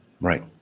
right